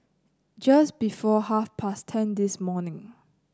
just before half past ten this morning